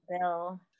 Bill